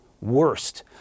worst